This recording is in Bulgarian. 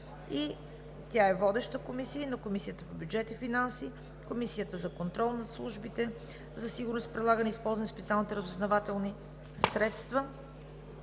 Разпределен е на Комисията по бюджет и финанси, Комисията за контрол над службите за сигурност, прилагането и използването на специалните разузнавателни средства